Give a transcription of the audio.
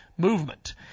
Movement